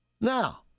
Now